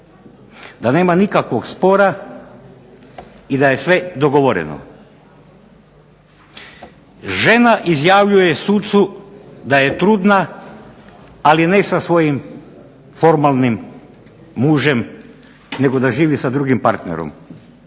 da nema nikakvog spora i da je sve dogovoreno. Žena izjavljuje sucu da je trudna, ali ne sa svojim formalnim mužem, nego da živi sa drugim partnerom,